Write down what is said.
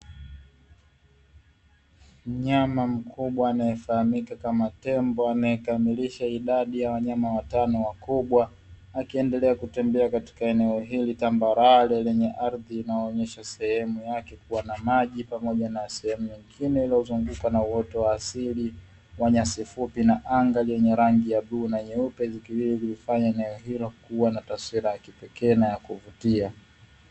Mnyama mkubwa anayefahamika kama tembo anayekamilisha idadi ya wanyama watano wakubwa, akiendelea kutembea katika eneo hili tambarare lenye ardhi inaonyesha sehemu yake kuwa na maji pamoja na sehemu nyingine iliyozunguka na uoto wa asili wanyasifupi na anga lenye rangi ya bluu na nyeupe zikilifanya eneo hilo kuwa na taswira ya kipekee na ya kuvutia.